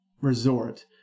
resort